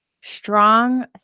strong